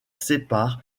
sépare